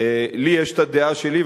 לי יש הדעה שלי,